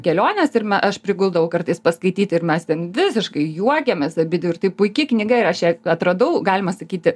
keliones ir aš priguldavau kartais paskaityti ir mes ten visiškai juokiamės abidvi ir tai puiki knyga ir aš ją atradau galima sakyti